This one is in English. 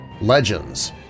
legends